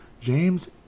James